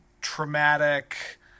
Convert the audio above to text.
traumatic